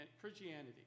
Christianity